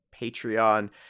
Patreon